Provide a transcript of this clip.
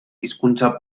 hizkuntza